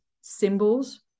symbols